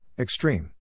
Extreme